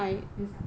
就想看